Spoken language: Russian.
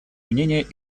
мнения